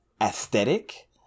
aesthetic